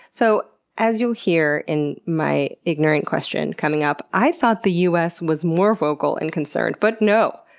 so as you'll hear in my ignorant question coming up, i thought the us was more vocal and concerned, but no!